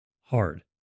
hard